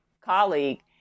colleague